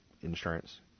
insurance